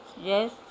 yes